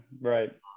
Right